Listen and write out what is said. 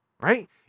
right